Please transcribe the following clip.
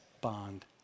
bond